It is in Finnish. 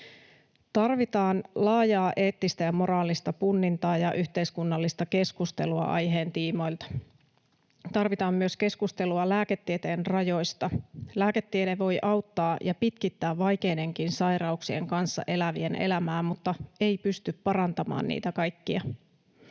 Tarvitaan laajaa eettistä ja moraalista punnintaa ja yhteiskunnallista keskustelua aiheen tiimoilta. Tarvitaan myös keskustelua lääketieteen rajoista. Lääketiede voi auttaa ja pitkittää vaikeidenkin sairauksien kanssa elävien elämää mutta ei pysty parantamaan niitä kaikkia.